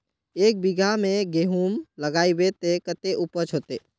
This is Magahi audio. एक बिगहा में गेहूम लगाइबे ते कते उपज होते?